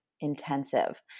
intensive